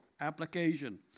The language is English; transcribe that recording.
application